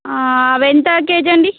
అవి ఎంత కేజీ అండి